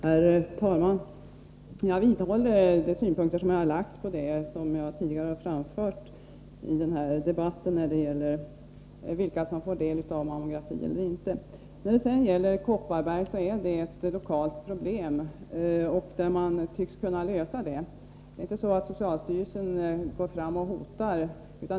Herr talman! Jag vidhåller de synpunkter som jag tidigare har framfört i denna debatt när det gäller vilka som får del av mammografi och vilka som inte får det. När det gäller Kopparberg är detta ett lokalt problem, som man tycks kunna lösa. Det är inte så att socialstyrelsen går fram och hotar.